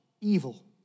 evil